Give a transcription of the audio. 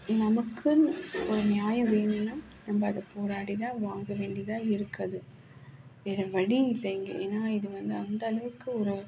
நமக்குன்னு ஒரு நியாயம் வேணும்னால் நம்ம அதை போராடிதான் வாங்க வேண்டியதாக இருக்குது அது வேறு வழி இல்லை இங்கே ஏன்னால் இது வந்து அந்த அளவுக்கு ஒரு